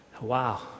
Wow